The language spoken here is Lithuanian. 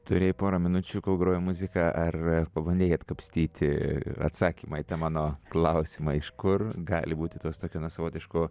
turėjai porą minučių grojo muzika ar pabandei atkapstyti atsakymą į tą mano klausimą iš kur gali būti tos tokio na savotiško